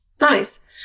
Nice